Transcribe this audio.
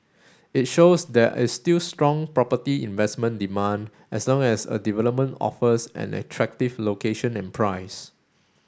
it shows there is still strong property investment demand as long as a development offers an attractive location and price